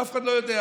אף אחד לא יודע.